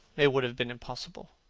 it would have been impossible.